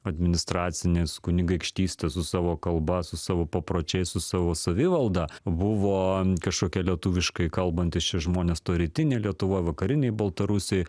administracinės kunigaikštystės su savo kalba su savo papročiais su savo savivalda buvo kažkokie lietuviškai kalbantys žmonės toj rytinėj lietuvoj vakarinėj baltarusijoj